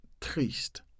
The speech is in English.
triste